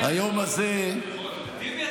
טיבי,